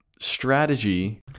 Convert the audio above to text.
strategy